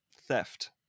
theft